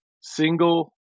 single